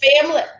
family